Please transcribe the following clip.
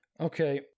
okay